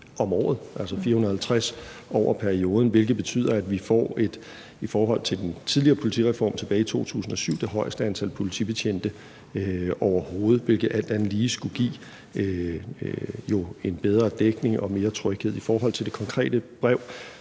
om året, altså 450 over perioden, hvilket betyder, at vi i forhold til den tidligere politireform tilbage i 2007 får det højeste antal politibetjente overhovedet, hvilket jo alt andet lige skulle give en bedre dækning og mere tryghed. I forhold til det konkrete brev